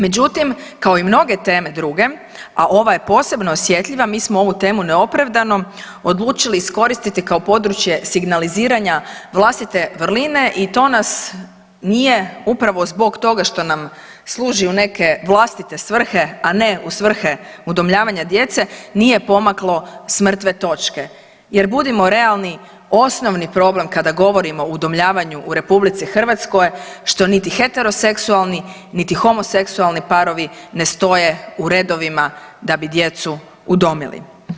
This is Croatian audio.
Međutim, kao i mnoge teme druge, a ova je posebno osjetljiva mi smo ovu temu neopravdano odlučiti iskoristiti kao područje signaliziranja vlastite vrline i to nas nije upravo zbog toga što nam služi u neke vlastite svrhe, a ne u svrhe udomljavanja djece nije pomaklo s mrtve točke jer budimo realni osnovni problem kada govorimo o udomljavanju u RH što niti heteroseksualni, niti homoseksualni parovi ne stoje u redovima da bi djecu udomili.